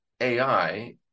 AI